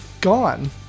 gone